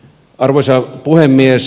arvoisa puhemies